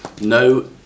no